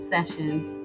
Sessions